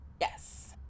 Yes